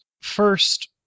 First